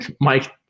Mike